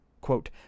Quote